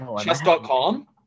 Chess.com